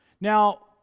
Now